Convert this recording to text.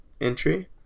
entry